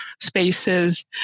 spaces